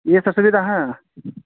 یہ سب سویدھا ہے